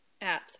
apps